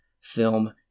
film